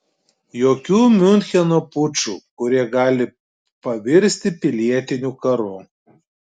jokių miuncheno pučų kurie gali pavirsti pilietiniu karu